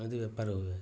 ଏମିତି ବେପାର ହୁଏ